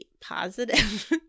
positive